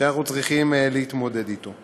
שאנחנו צריכים להתמודד איתו.